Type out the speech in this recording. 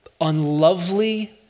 unlovely